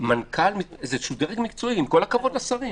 מנכ"ל או איזשהו דרג מקצועי, עם כל הכבוד לשרים.